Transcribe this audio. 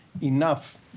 enough